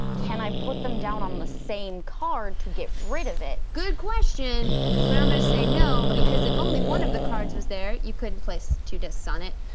can i put them down on the same card to get rid of it? good question. yes. but i'm gonna say no because if only one of the cards was there, you couldn't place two discs on it.